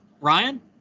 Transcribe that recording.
Ryan